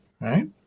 right